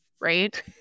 right